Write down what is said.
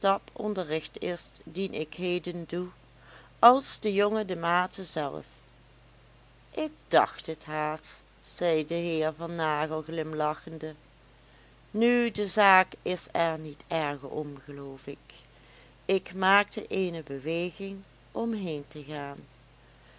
onderricht is dien ik heden doe als de jonge de maete zelf ik dacht het haast zei de heer van nagel glimlachende nu de zaak is er niet erger om geloof ik ik maakte eene beweging om heen te gaan